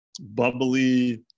bubbly